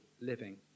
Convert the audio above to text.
living